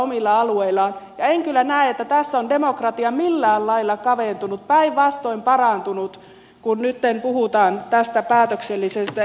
enkä kyllä näe että tässä on demokratia millään lailla kaventunut päinvastoin parantunut kun nytten puhutaan tästä päätöksellisestä edustuksellisesta demokratiasta